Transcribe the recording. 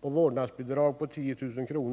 och vårdnadsbidrag på 10 000 kr.